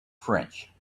french